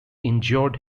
injured